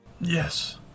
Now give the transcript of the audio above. Yes